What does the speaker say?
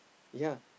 yea